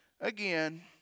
again